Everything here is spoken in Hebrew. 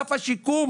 אגף השיקום,